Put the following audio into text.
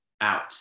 out